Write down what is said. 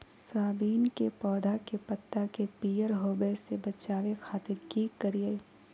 Soybean के पौधा के पत्ता के पियर होबे से बचावे खातिर की करिअई?